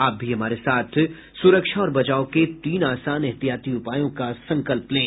आप भी हमारे साथ सुरक्षा और बचाव के तीन आसान एहतियाती उपायों का संकल्प लें